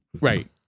Right